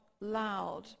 loud